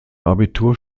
abitur